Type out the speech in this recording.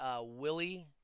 Willie